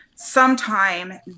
sometime